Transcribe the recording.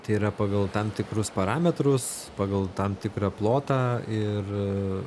tai yra pagal tam tikrus parametrus pagal tam tikrą plotą ir